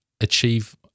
achieve